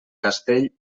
castell